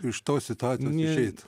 iš tos situacijos išeit